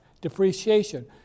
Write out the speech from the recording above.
depreciation